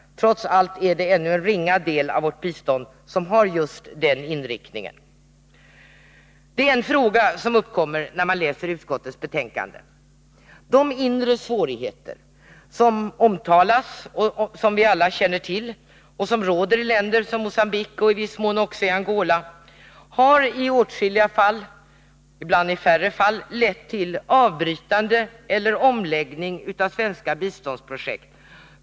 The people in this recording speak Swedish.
Trots allt är det ännu en ringa del av vårt bistånd som har just den inriktningen. Det är en fråga som uppkommer när man läser utskottets betänkande. De Nr 137 inre svårigheter som nämns och som vi alla vet finns i länder som Onsdagen den Mogambique och i viss mån Angola har i åtskilliga fall lett till avbrytande 4 maj 1983 eller omläggning av svenska biståndsprojekt.